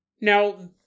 Now